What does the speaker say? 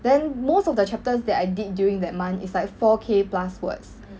then most of the chapters that I did during that month is like four K plus words